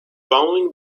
following